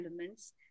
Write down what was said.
elements